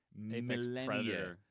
millennia